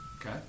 Okay